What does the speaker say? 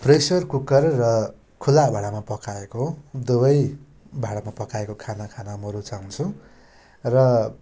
pressure cooker र खुल्ला भाँडामा पकाएको दुवै भाँडामा पकाएको खाना खान म रुचाउँछु र